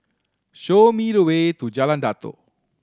show me the way to Jalan Datoh